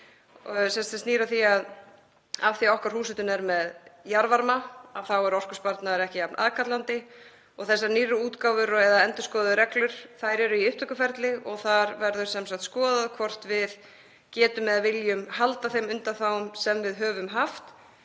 vegna þess að okkar húshitun er með jarðvarma og þá er orkusparnaður ekki jafn aðkallandi. Þessar nýrri útgáfur og/eða endurskoðuðu reglur eru í upptökuferli og þar verður skoðað hvort við getum eða viljum halda þeim undanþágum sem við höfum haft.